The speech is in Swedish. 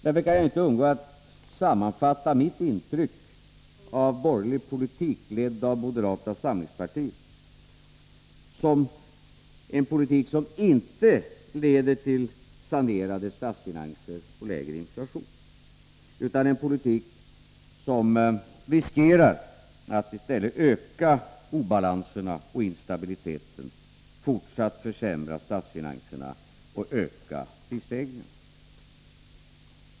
Därför kan jag inte undgå att sammanfatta mitt intryck av borgerlig politik, ledd av moderata samlingspartiet, som en politik som inte leder till sanerade statsfinanser och lägre inflation, utan som riskerar att i stället öka obalanserna och instabiliteten, medföra fortsatta försämringar av statsfinanserna och ökade prisstegringar.